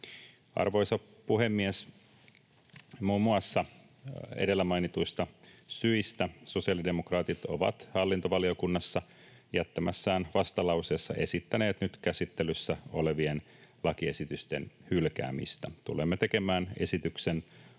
Arvoisa puhemies! Muun muassa edellä mainituista syistä sosiaalidemokraatit ovat hallintovaliokunnassa jättämässään vastalauseessa esittäneet nyt käsittelyssä olevien lakiesitysten hylkäämistä. Tulemme tekemään esityksen aikanaan